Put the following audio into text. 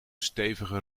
stevige